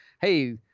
hey